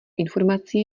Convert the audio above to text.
informací